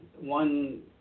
One